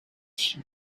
sheep